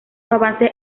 avances